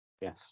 yes